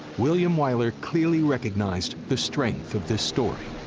william wyler clearly recognized the strength of this story.